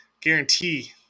guarantee